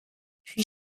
puy